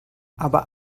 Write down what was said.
aber